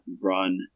run